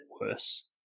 worse